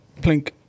plink